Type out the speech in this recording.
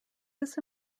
this